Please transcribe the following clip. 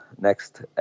next